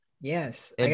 yes